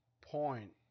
point